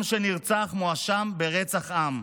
עם שנרצח מואשם ברצח עם.